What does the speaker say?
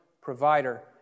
provider